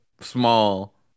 small